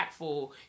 impactful